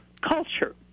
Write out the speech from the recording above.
culture